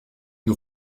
une